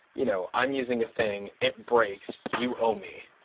you know i'm using a thing, it breaks, you owe me.